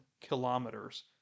kilometers